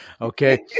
Okay